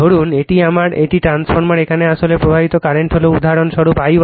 ধরুন এটি আমার এটি ট্রান্সফরমার এবং এখানে আসলে প্রবাহিত কারেন্ট হল উদাহরণ স্বরূপ I1